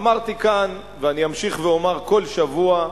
אמרתי כאן, ואני אמשיך ואומר כל השבוע,